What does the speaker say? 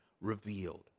revealed